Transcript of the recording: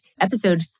Episode